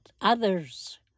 others